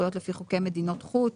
הזכויות לפי חוקי מדינות חוץ,